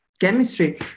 chemistry